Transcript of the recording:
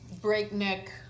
breakneck